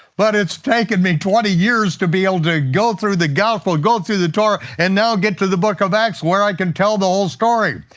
but it's taken me twenty years to be able to go through the gospel, to go through the torah, and now get to the book of acts where i can tell the whole story.